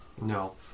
No